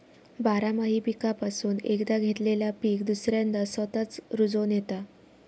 बारमाही पीकापासून एकदा घेतलेला पीक दुसऱ्यांदा स्वतःच रूजोन येता